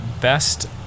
best